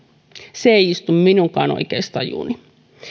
se ei istu minunkaan oikeustajuuni